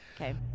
Okay